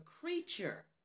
creature